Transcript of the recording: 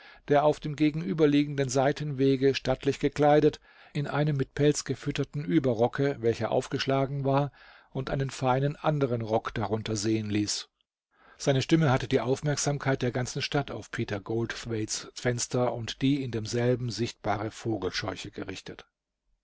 der auf dem gegenüberliegenden seitenwege stattlich gekleidet in einem mit pelz gefütterten überrocke welcher aufgeschlagen war und einen feinen anderen rock darunter sehen ließ seine stimme hatte die aufmerksamkeit der ganzen stadt auf peter goldthwaites fenster und die in demselben sichtbare vogelscheuche gerichtet